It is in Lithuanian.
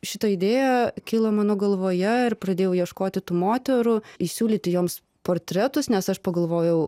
šita idėja kilo mano galvoje ir pradėjau ieškoti tų moterų įsiūlyti joms portretus nes aš pagalvojau